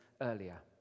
earlier